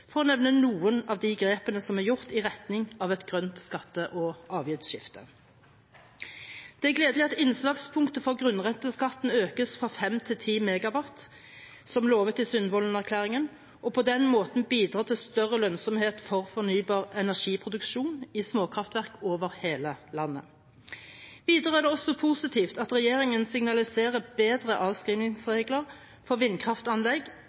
for å nevne noen av de grepene som er gjort i retning av et grønt skatte- og avgiftsskifte. Det er gledelig at innslagspunktet for grunnrenteskatten økes fra 5 til 10 MVA, som lovet i Sundvolden-erklæringen, og på den måten bidrar til større lønnsomhet for fornybar energiproduksjon i småkraftverk over hele landet. Videre er det også positivt at regjeringen signaliserer bedre avskrivningsregler for vindkraftanlegg